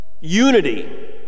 unity